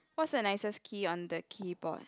what's the nicest key on the keyboard